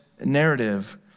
narrative